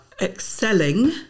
excelling